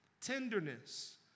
tenderness